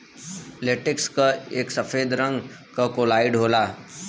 latex एक सफेद रंग क कोलाइड होला